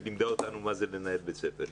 היא לימדה אותנו מה זה לנהל בית ספר.